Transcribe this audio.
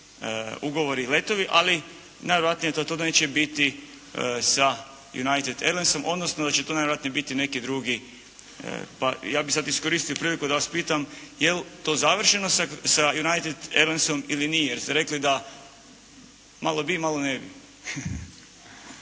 ugovori i letovi, ali najvjerojatnije je to da neće biti sa United Airlinesom, odnosno da će to najvjerojatnije biti neki drugi. Pa ja bih sad iskoristio priliku da vas pitam je li to završeno sa United Airlinesom ili nije, jer ste rekli da malo bi, malo ne bi.